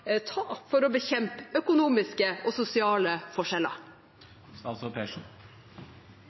ta for å bekjempe økonomiske og sosiale